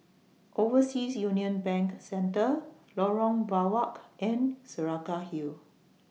Overseas Union Bank Centre Lorong Biawak and Saraca Hill